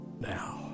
now